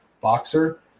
boxer